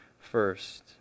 first